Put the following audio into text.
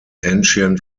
ancient